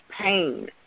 pain